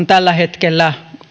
tällä hetkellä